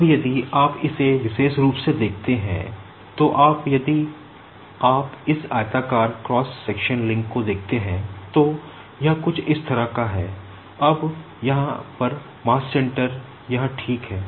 अब यदि आप इसे विशेष रूप से देखते हैं तो आप यदि आप इस आयताकार क्रॉस सेक्शन लिंक को देखते हैं तो यह कुछ इस तरह का है अब यहाँ पर मास सेंटर यहाँ ठीक है